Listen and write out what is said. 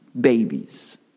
babies